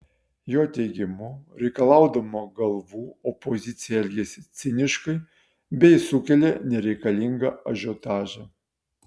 jo teigimu reikalaudama galvų opozicija elgiasi ciniškai bei sukelia nereikalingą ažiotažą